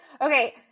okay